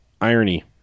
irony